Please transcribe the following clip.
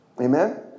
Amen